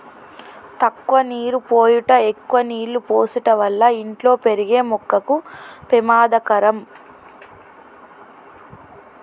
తక్కువ నీరు పోయుట ఎక్కువ నీళ్ళు పోసుట వల్ల ఇంట్లో పెరిగే మొక్కకు పెమాదకరం